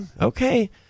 Okay